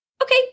Okay